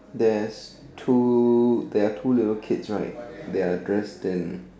there's two there two little kids right they are dressed in